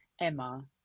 emma